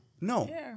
No